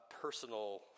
personal